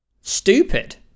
stupid